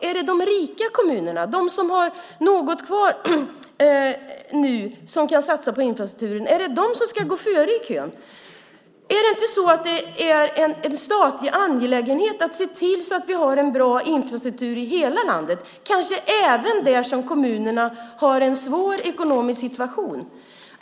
Är det de rika kommunerna, de som har något kvar nu, som kan satsa på infrastrukturen? Är det de som ska gå före i kön? Är det inte en statlig angelägenhet att se till att vi har en bra infrastruktur i hela landet, kanske även där kommunerna har en svår ekonomisk situation?